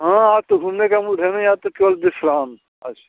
हाँ आज तो घूमने का मूड है नहीं आज तो केवल विश्राम आज